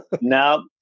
no